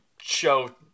show